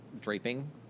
draping